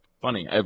funny